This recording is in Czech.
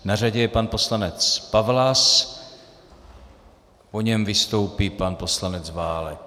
Na řadě je pan poslanec Pawlas, po něm vystoupí pan poslanec Válek.